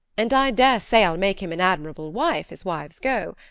and i dare say i'll make him an admirable wife, as wives go.